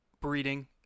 breeding